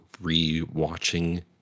re-watching